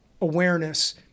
awareness